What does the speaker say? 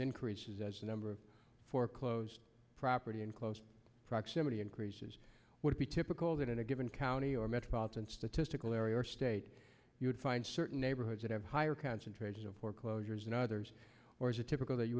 increases as the number of foreclosed property in close proximity increases would be typical that in a given county or metropolitan statistical area or state you would find certain neighborhoods that have higher concentrations of foreclosures in others or is it typical that you